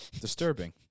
disturbing